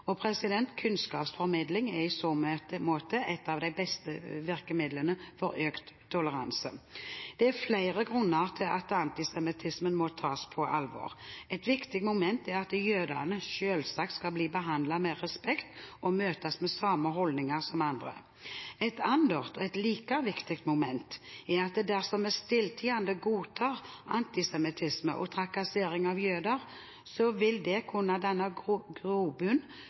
i samfunnet. Kunnskapsformidling er i så måte et av de beste virkemidlene for økt toleranse. Det er flere grunner er til at antisemittismen må tas på alvor. Et viktig moment er at jødene selvsagt skal bli behandlet med respekt og møtes med samme holdninger som andre. Et annet og like viktig moment er at dersom vi stilltiende godtar antisemittisme og trakassering av jøder, vil det kunne danne grobunn